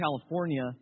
California